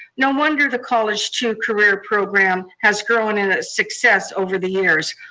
no wonder the college to career program has grown in its success over the years.